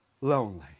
lonely